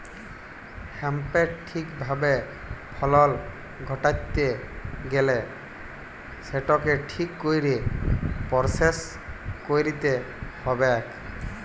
হ্যাঁম্পের ঠিক ভাবে ফলল ঘটাত্যে গ্যালে সেটকে ঠিক কইরে পরসেস কইরতে হ্যবেক